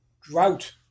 drought